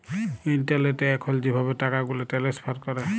ইলটারলেটে এখল যেভাবে টাকাগুলা টেলেস্ফার ক্যরে